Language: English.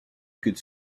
could